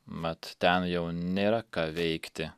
mat ten jau nėra ką veikti